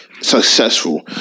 successful